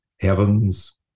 heavens